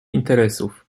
interesów